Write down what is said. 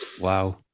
Wow